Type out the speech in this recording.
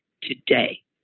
today